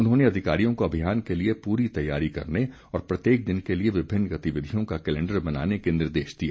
उन्होंने अधिकारियों को अभियान के लिए पूरी तैयारी करने और प्रत्येक दिन के लिए विभिन्न गतिविधियों का कैलेंडर बनाने के निर्देश दिए